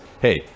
hey